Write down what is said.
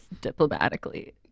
diplomatically